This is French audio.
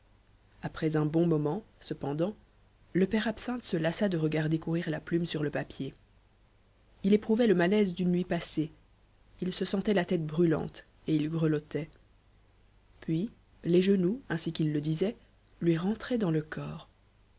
après un bon moment cependant le père absinthe se lassa de regarder courir la plume sur le papier il éprouvait le malaise d'une nuit passée il se sentait la tête brûlante et il grelottait puis les genoux ainsi qu'il le disait lui rentraient dans le corps